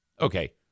Okay